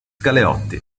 galeotti